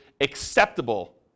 acceptable